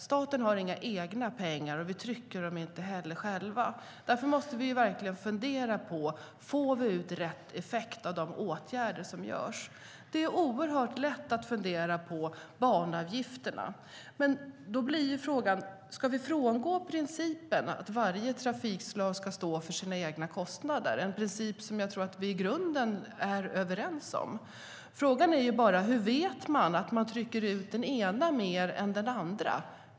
Staten har inga egna pengar, och vi trycker dem inte heller själva. Därför måste vi verkligen fundera på om vi får rätt effekt av de åtgärder som vidtas. Det är oerhört lätt att fundera kring banavgifterna. Då blir frågan: Ska vi frångå principen att varje trafikslag ska stå för sina egna kostnader, en princip som jag tror att vi i grunden är överens om? Frågan är bara hur man vet att man trycker ut den ena ut mer än den andra.